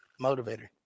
motivator